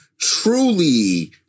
truly